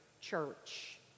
church